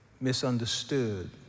misunderstood